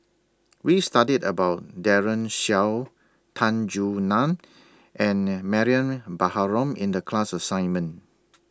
We studied about Daren Shiau Tan Soo NAN and Mariam Baharom in The class assignment